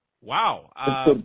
Wow